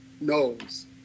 knows